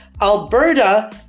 alberta